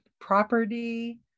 property